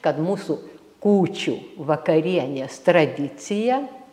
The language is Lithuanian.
kad mūsų kūčių vakarienės tradicija